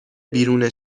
بیرون